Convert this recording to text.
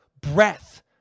breath